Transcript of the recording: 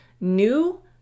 new